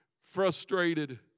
frustrated